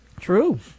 True